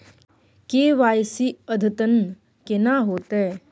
KYC अद्यतन केना होतै?